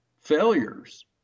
failures